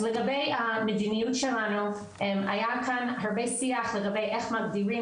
אז לגבי המדיניות שלנו היה כאן הרבה שיח לגבי איך מגדירים